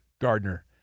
Gardner